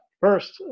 First